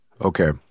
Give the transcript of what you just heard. Okay